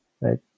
right